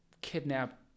Kidnap